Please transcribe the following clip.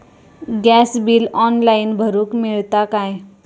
Gas bill online भरुक मिळता काय?